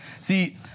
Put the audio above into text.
See